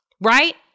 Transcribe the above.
Right